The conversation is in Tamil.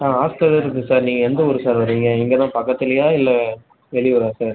ஆ ஹாஸ்டல் இருக்குது சார் நீங்கள் எந்த ஊரு சார் வரீங்க இங்கே தான் பக்கத்துலேயா இல்லை வெளியூரா சார்